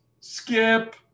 skip